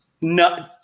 No